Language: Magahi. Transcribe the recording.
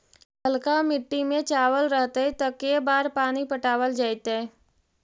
ललका मिट्टी में चावल रहतै त के बार पानी पटावल जेतै?